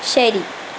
ശരി